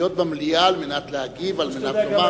הוא להיות במליאה, על מנת להגיב, על מנת לומר.